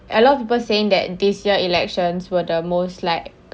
a lot of people saying that this year elections were the most like